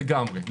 כן, לגמרי.